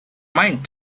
mind